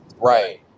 Right